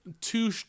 two